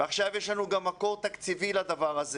עכשיו יש לנו גם מקור תקציבי לדבר הזה